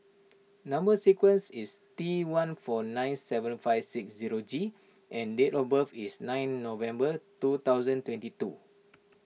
Number Sequence is T one four nine seven five six zero G and date of birth is nine November two thousand twenty two